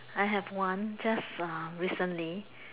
I have one just uh recently